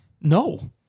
No